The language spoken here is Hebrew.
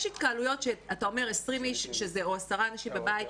יש התקהלויות שאתם אומר: 20 איש או עשרה אנשים בבית,